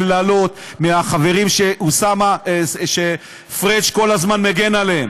קללות מהחברים שפריג' כל הזמן מגן עליהם,